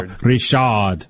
Richard